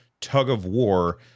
tug-of-war